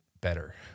better